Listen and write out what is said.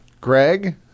Greg